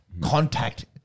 Contact